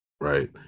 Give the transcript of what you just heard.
right